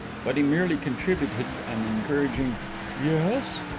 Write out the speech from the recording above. but he merely contributed an encouraging yes?